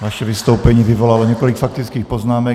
Vaše vystoupení vyvolalo několik faktických poznámek.